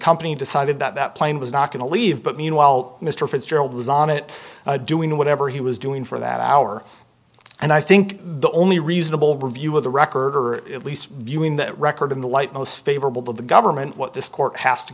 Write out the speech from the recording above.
company decided that that plane was not going to leave but meanwhile mr fitzgerald was on it doing whatever he was doing for that hour and i think the only reasonable review of the record or at least viewing the record in the light most favorable to the government what this court has to